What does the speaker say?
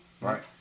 right